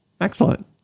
Excellent